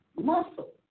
muscle